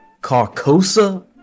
Carcosa